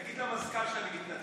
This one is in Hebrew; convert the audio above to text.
תגיד למזכ"ל שאני מתנצל.